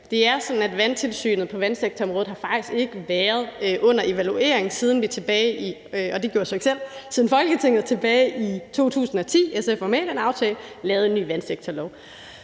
at tilsynet på vandsektorområdet faktisk ikke har været under evaluering, siden Folketinget tilbage i 2010 – SF var med i den aftale – lavede en ny vandsektorlov.